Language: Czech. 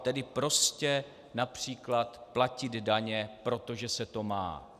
Tedy prostě například platit daně, protože se to má.